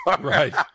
right